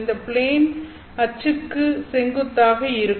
இந்த பிளேன் அச்சுக்கு செங்குத்தாக இருக்கும்